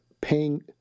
paying